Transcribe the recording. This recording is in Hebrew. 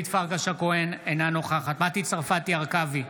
אינה נוכחת מטי צרפתי הרכבי,